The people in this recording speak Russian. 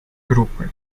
группы